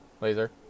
Laser